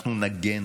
אנחנו נגן